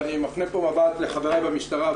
ואני מפנה פה מבט לחבריי במשטרה,